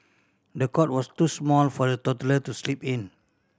the cot was too small for the toddler to sleep in